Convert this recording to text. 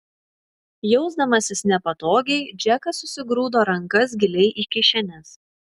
jausdamasis nepatogiai džekas susigrūdo rankas giliai į kišenes